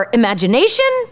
imagination